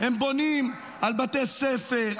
הם בונים על בתי ספר,